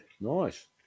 Nice